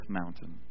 mountain